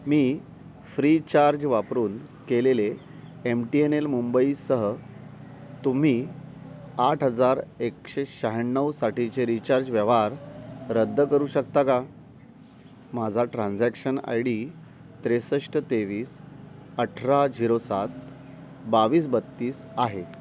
मी Freecharge वापरून केलेले M T N L मुंबईसह तुम्ही आठ हजार एकशे शहाण्णवसाठीचे रीचार्ज व्यवहार रद्द करू शकता का माझा ट्रान्झॅक्शन आय डी त्रेसष्ट तेवीस अठरा झिरो सात बावीस बत्तीस आहे